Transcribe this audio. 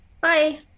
Bye